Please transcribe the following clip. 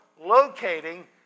locating